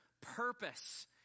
purpose